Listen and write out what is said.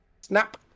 Snap